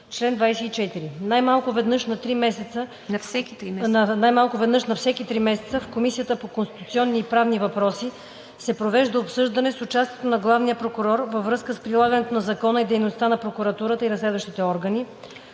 „Чл. 24. Най-малко веднъж на всеки три месеца в Комисията по конституционни и правни въпроси се провежда обсъждане с участието на главния прокурор във връзка с прилагането на закона и дейността на прокуратурата и разследващите органи,